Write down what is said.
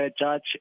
Judge